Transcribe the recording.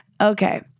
Okay